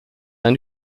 ein